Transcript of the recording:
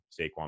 Saquon